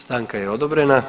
Stanka je odobrena.